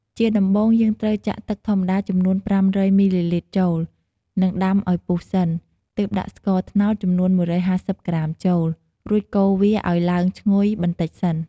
ជាដំបូង យើងត្រូវចាក់ទឹកធម្មតាចំនួន ៥០០ មីលីលីត្រចូល និងដាំឱ្យពុះសិន ទើបដាក់ស្ករត្នោតចំនួន ១៥០ក្រាមចូល រួចកូរវាឲ្យឡើងឈ្ងុយបន្តិចសិន។